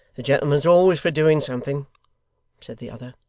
the gentleman's always for doing something said the other,